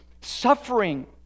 suffering